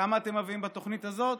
כמה אתם מביאים בתוכנית הזאת?